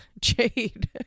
Jade